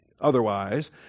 otherwise